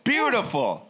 Beautiful